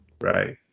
right